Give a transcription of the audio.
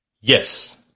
Yes